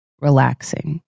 relaxing